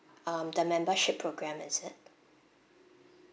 um the membership program is it